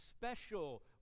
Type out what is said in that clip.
special